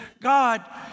God